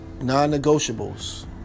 non-negotiables